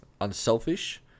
unselfish